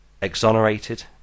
exonerated